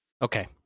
Okay